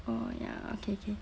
oh ya okay K